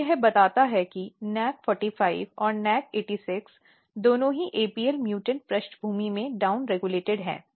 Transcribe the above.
तो यह बताता है कि NAC45 और NAC86 दोनों ही apl म्यूटेंट पृष्ठभूमि में डाउन रेगुलेटेड हैं